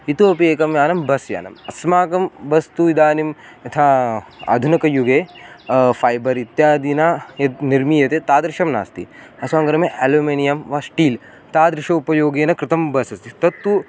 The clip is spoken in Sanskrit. इतोपि एकं यानं बस् यानम् अस्माकं बस् तु इदानीं यथा आधुनिकयुगे फ़ैबर् इत्यादीना यत् निर्मीयते तादृशं नास्ति अस्माकं ग्रमे एलोमिनियं वा श्टील् तादृशं उपयोगेन कृतं बस् अस्ति तत्तु